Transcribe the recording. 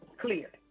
clear